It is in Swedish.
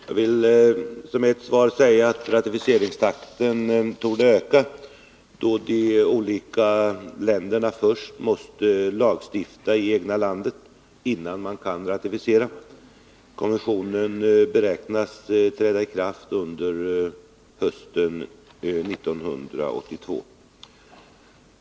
Jag vill som ett svar säga att ratificeringstakten torde öka, då de olika länderna först måste lagstifta i det egna landet innan ratificering kan ske. Konventionen beräknas träda i kraft under hösten 1982.